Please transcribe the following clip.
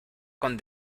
con